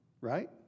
Right